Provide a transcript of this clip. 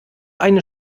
eine